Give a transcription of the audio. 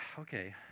okay